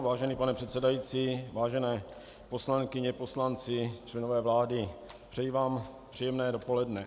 Vážený pane předsedající, vážené poslankyně, poslanci, členové vlády, přeji vám příjemné dopoledne.